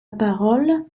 parole